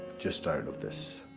just tired of this.